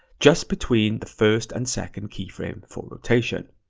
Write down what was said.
just between the first and second keyframe for rotation.